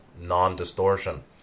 Non-distortion